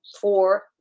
four